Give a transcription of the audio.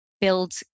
build